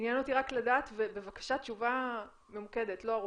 עניין אותי לדעת ובבקשה תשובה ממוקדת ולא ארוכה,